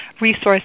resource